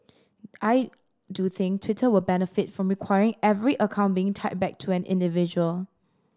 I do think Twitter would benefit from requiring every account being tied back to an individual